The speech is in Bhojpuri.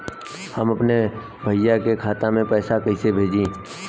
हम अपने भईया के खाता में पैसा कईसे भेजी?